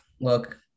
look